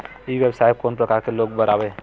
ई व्यवसाय कोन प्रकार के लोग बर आवे?